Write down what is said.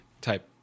type